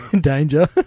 danger